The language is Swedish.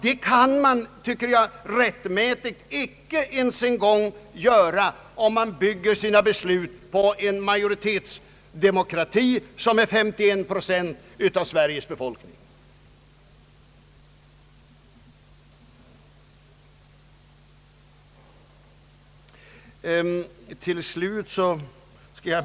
Det kan man, tycker jag, rättmätigt inte ens göra om man bygger sina beslut på en majoritetsdemokrati som utgör 51 procent av Sveriges befolkning.